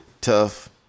Tough